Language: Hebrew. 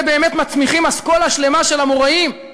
באמת מצמיחים אסכולה שלמה של אמוראים: